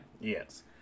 Yes